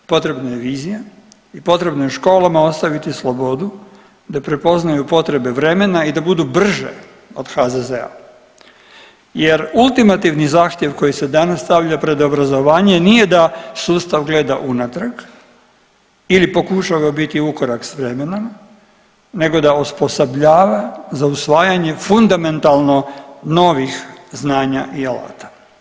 Potrebna je vizija i potrebno je školama ostaviti slobodu da prepoznaju potrebe vremena i da budu brže od HZZ-a, jer ultimativni zahtjev koji se danas stavlja pred obrazovanje nije da sustav gleda unatrag ili pokušava biti u korak sa vremenom nego da osposobljava za usvajanje fundamentalno novih znanja i alata.